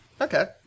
okay